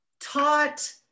taught